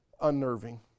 unnerving